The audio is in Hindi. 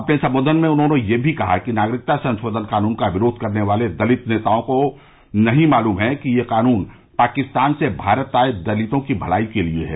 अपने सम्बोधन में उन्होंने यह मी कहा कि नागरिकता संशोधन कानून का विरोध करने वाले दलित नेताओं को नहीं मालूम है कि यह कानून पाकिस्तान से भारत आए दलितों की भलाई के लिए है